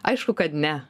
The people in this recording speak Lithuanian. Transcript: aišku kad ne